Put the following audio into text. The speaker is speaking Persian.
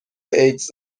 ایدز